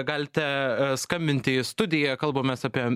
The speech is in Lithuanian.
galite skambinti į studiją kalbamės apie